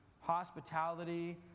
Hospitality